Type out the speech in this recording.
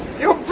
yo